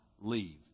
leave